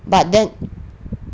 but then